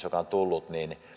joka on tullut